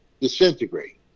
disintegrate